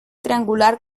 triangular